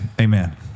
amen